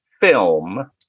film